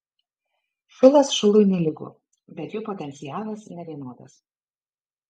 šulas šului nelygu bet jų potencialas nevienodas